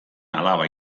alaba